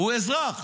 הוא אזרח.